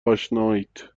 آشنایید